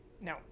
no